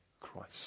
Christ